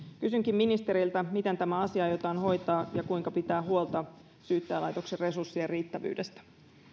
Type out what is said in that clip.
kysynkin ministeriltä miten tämä asia aiotaan hoitaa ja kuinka pitää huolta syyttäjälaitoksen resurssien riittävyydestä